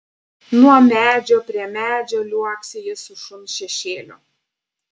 nuo medžio prie medžio liuoksi jis su šuns šešėliu